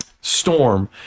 Storm